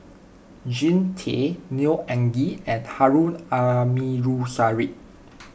Jean Tay Neo Anngee and Harun Aminurrashid